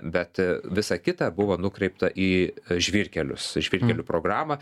bet visa kita buvo nukreipta į žvyrkelius žvyrkelių programą